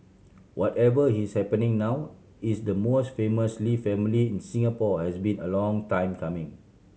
whatever is happening now is the most famous Lee family in Singapore has been a long time coming